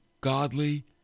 godly